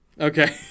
Okay